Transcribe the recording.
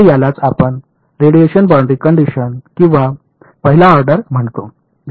तर यालाच आपणास रेडिएशन बाउंड्री कंडिशन किंवा 1 ला ऑर्डर म्हणतो